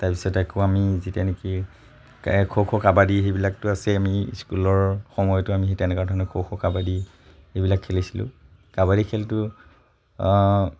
তাৰপিছত আকৌ আমি যি তেনেকে খো খো কাবাডী সেইবিলাকতো আছে আমি স্কুলৰ সময়তো আমি সেই তেনেকুৱা ধৰণৰ খো খো কাবাডী সেইবিলাক খেলিছিলোঁ কাবাডী খেলটো